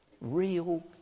real